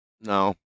No